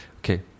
Okay